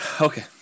okay